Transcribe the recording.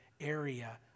area